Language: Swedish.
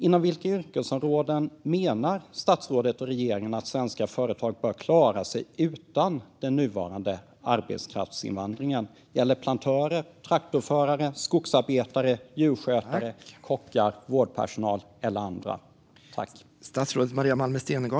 Inom vilka yrkesområden menar statsrådet och regeringen att svenska företag bör klara sig utan den nuvarande arbetskraftsinvandringen? Gäller det plantörer, traktorförare, skogsarbetare, djurskötare, kockar, vårdpersonal eller några andra?